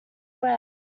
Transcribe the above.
wet